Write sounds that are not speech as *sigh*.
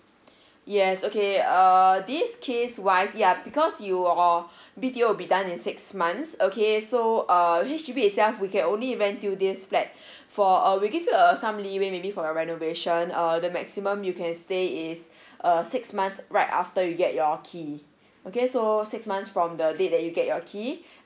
*breath* yes okay err this case wise yeah because your B_T_O will be done in six months okay so err H_D_B itself we can only rent you this flat *breath* for uh we give you a some leeway maybe for a renovation uh the maximum you can stay is uh six months right after you get your key okay so six months from the date that you get your key